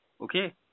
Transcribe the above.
Okay